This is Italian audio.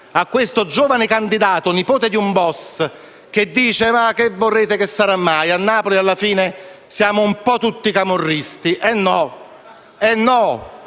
a questo giovane candidato, nipote di un *boss*, che dice: «Che volete, che sarà mai! A Napoli, alla fine, siamo un po' tutti camorristi»: no, caro